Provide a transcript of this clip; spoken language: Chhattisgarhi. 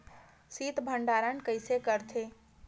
शीत भंडारण कइसे करथे?